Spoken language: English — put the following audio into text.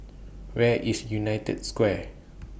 Where IS United Square